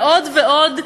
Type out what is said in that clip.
ועוד ועוד,